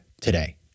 today